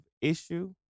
issue